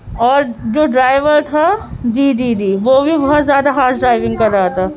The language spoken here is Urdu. اور جو ڈرائیور تھا جی جی جی وہ بھی بہت زیادہ ہارش ڈرائونگ کر رہا تھا